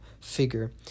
figure